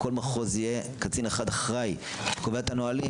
בכל מחוז יהיה קצין אחד אחראי שקובע את הנהלים.